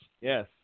Yes